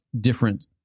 different